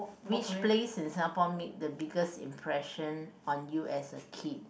which place in Singapore makes the biggest impression on you as a kid